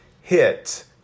hit